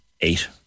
eight